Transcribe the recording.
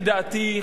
לדעתי,